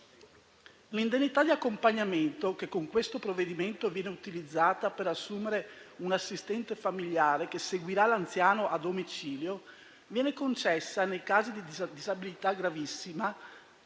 L'indennità di accompagnamento, che con questo provvedimento viene utilizzata per assumere un assistente familiare che seguirà l'anziano a domicilio, viene concessa nei casi di disabilità gravissima